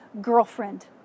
girlfriend